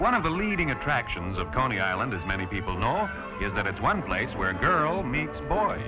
one of the leading attractions of coney island as many people know is that it's one place where girl meets boy